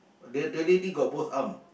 the the lady got both arm